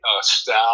style